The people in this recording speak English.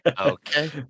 Okay